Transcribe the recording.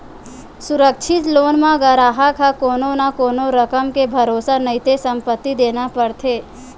सुरक्छित लोन म गराहक ह कोनो न कोनो रकम के भरोसा नइते संपत्ति देना परथे